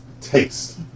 taste